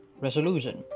resolution